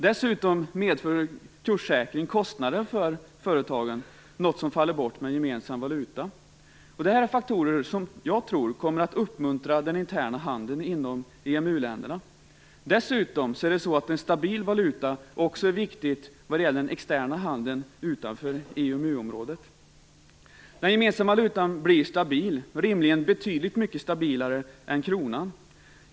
Dessutom medför kurssäkring kostnader för företagen, något som faller bort med en gemensam valuta. Det här är faktorer som jag tror kommer att uppmuntra den interna handeln inom EMU-länderna. Dessutom är en stabil valuta viktig också vad gäller den externa handeln utanför EMU-området. Den gemensamma valutan blir stabil, rimligen betydligt stabilare än kronan.